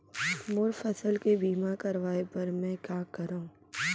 मोर फसल के बीमा करवाये बर में का करंव?